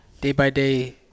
day-by-day